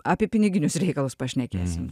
apie piniginius reikalus pašnekėsim